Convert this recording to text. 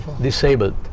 disabled